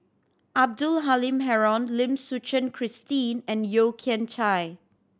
Abdul Halim Haron Lim Suchen Christine and Yeo Kian Chye